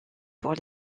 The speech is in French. pour